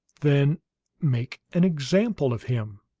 then make an example of him!